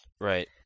Right